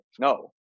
no